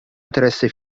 interesse